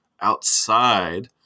outside